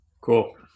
cool